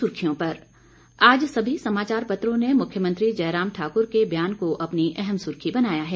सुर्खियां समाचार पत्रों से आज सभी समाचार पत्रों ने मुख्यमंत्री जयराम ठाकुर के बयान को अपनी अहम सुर्खी बनाया है